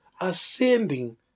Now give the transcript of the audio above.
ascending